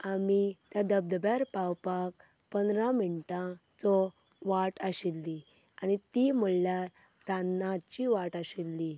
आमी त्या धबधब्यार पावपाक पंदरा मिनटाचो वाट आशिल्ली आनी ती म्हणल्यार रानाची वाट आशिल्ली